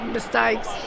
mistakes